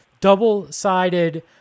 double-sided